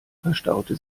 verstaute